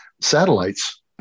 satellites